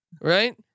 right